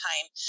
time